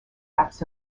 acts